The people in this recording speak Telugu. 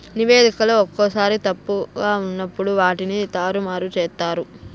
నివేదికలో ఒక్కోసారి తప్పుగా ఉన్నప్పుడు వాటిని తారుమారు చేత్తారు